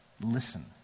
Listen